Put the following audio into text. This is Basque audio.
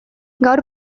gaur